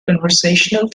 conversational